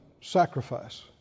sacrifice